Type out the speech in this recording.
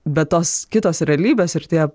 bet tos kitos realybės ir tie